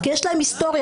כי יש להם היסטוריה.